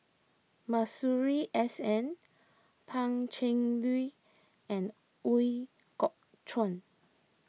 Masuri S N Pan Cheng Lui and Ooi Kok Chuen